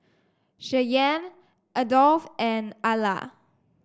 Cheyanne Adolf and Alla